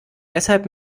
deshalb